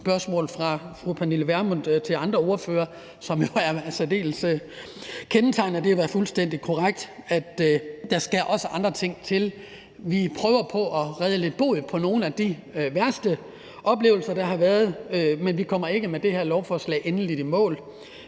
spørgsmål fra fru Pernille Vermund til andre ordførere, der var særdeles kendetegnende, nemlig at det er fuldstændig korrekt, at der også skal andre ting til. Vi prøver at råde lidt bod på nogle af de værste oplevelser, der har været, men vi kommer ikke med det her lovforslag endeligt i mål.